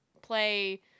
play